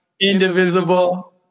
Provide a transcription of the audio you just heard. indivisible